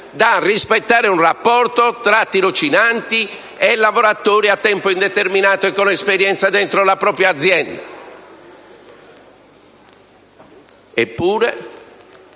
da rispettare un rapporto tra tirocinanti e lavoratori a tempo indeterminato e con esperienza all'interno dell'azienda.